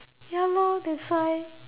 ya lor that's why